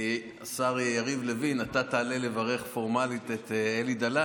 השר יריב לוין, אתה תעלה לברך פורמלית את אלי דלל.